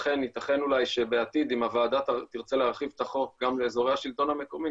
יתכן שבעתיד אם הוועדה תרצה להרחיב את החוק גם לאזורי השלטון המקומי,